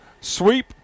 sweep